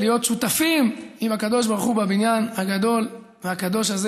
להיות שותפים עם הקדוש ברוך הוא בבניין הגדול והקדוש הזה.